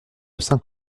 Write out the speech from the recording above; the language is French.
cinq